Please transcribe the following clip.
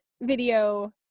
video